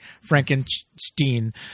Frankenstein